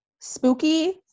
spooky